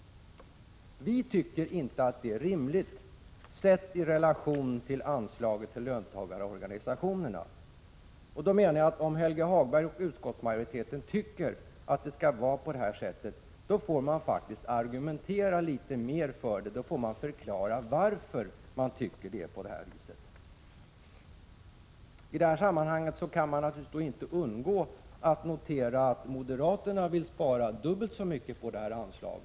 Vi tycker inte att det är rimligt sett i relation till anslaget till löntagarorganisationerna. Om Helge Hagberg och utskottsmajoriteten tycker att det skall vara på detta sätt, då får de argumentera litet mer för det och förklara varför de tycker så här. I detta sammanhang kan man naturligtvis inte undgå att notera att moderaterna vill spara dubbelt så mycket på detta anslag.